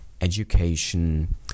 education